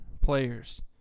players